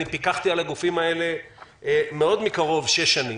אני פיקחתי על הגופים האלה מאוד מקרוב שש שנים.